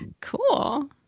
Cool